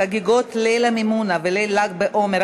חגיגת ליל המימונה וליל ל"ג בעומר),